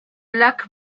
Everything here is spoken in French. lac